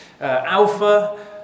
Alpha